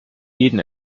jeden